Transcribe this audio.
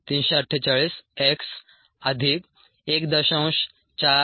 348 x अधिक 1